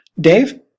Dave